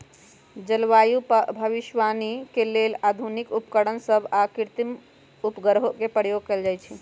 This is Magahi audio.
जलवायु भविष्यवाणी के लेल आधुनिक उपकरण सभ आऽ कृत्रिम उपग्रहों के प्रयोग कएल जाइ छइ